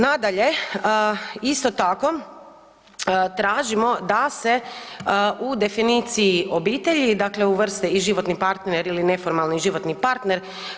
Nadalje, isto tako tražimo da se u definiciji obitelji dakle uvrste i životni partner ili neformalni životni partner.